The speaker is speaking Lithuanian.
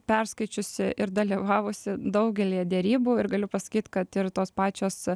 perskaičiusi ir dalyvavusi daugelyje derybų ir galiu pasakyt kad ir tos pačios